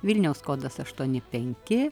vilniaus kodas aštuoni penki